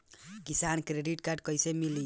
किसान credit card कइसे मिली?